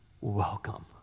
Welcome